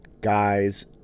guys